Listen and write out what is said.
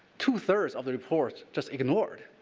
two thirds of the reports just ignored.